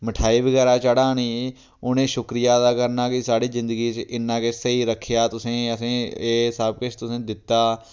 मठेआई बगैरा चढ़ानी उनें शुक्रिया अदा करना के साढ़ी जिंदगी च इन्ना किश स्हेई रक्खेआ तुसें असें ई एह् सब किश तुसें दित्ता